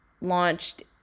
launched